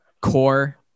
Core